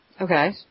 Okay